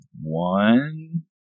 one